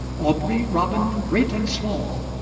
aubrey, robin, great and small.